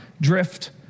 drift